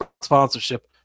sponsorship